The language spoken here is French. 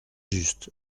juste